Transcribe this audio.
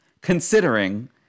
considering